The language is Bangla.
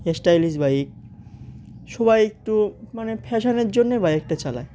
স্টাইলিশ বাইক সবাই একটু মানে ফ্যাশনের জন্যে বাইকটা চালায়